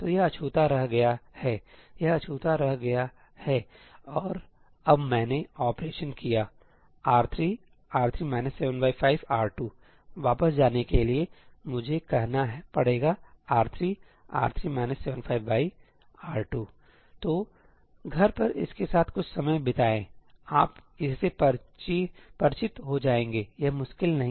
तो यह अछूता रह गया है यह अछूता रह गया है और अब मैंने ऑपरेशन किया है 'R3 ← R3 75 R2' वापस जाने के लिए मुझे कहना पड़ेगा 'R3 ← R3 75 R2 तो घर पर इसके साथ कुछ समय बिताएंठीक आप इससे परिचित हो जाएंगे यह मुश्किल नहीं है